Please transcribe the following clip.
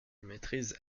maitrise